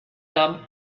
them